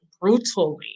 brutally